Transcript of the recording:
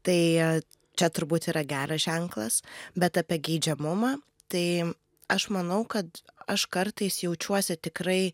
tai čia turbūt yra geras ženklas bet apie geidžiamumą tai aš manau kad aš kartais jaučiuosi tikrai